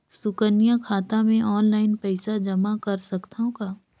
सुकन्या खाता मे ऑनलाइन पईसा जमा कर सकथव का?